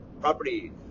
property